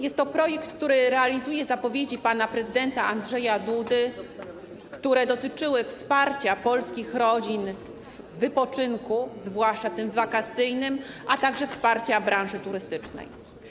Jest to projekt, który realizuje zapowiedzi pana prezydenta Andrzeja Dudy, które dotyczyły wsparcia polskich rodzin w wypoczynku, zwłaszcza tym wakacyjnym, a także wsparcia branży turystycznej.